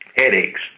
headaches